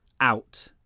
Out